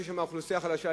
שיש בהן אוכלוסייה חלשה,